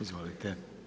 Izvolite.